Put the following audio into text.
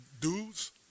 dudes